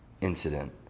incident